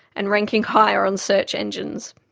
and ranking higher on search engines.